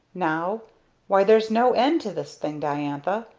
now why, there's no end to this thing, diantha!